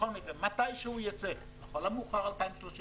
בכל מקרה, מתי שהוא הוא ייצא, לכל המאוחר ב-2030.